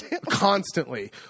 Constantly